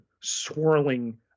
swirling